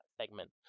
segment